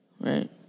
Right